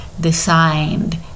designed